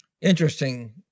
Interesting